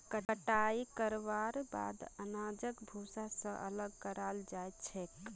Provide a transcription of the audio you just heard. कटाई करवार बाद अनाजक भूसा स अलग कराल जा छेक